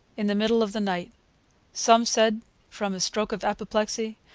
in the middle of the night some said from a stroke of apoplexy,